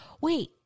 Wait